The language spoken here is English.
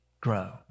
grow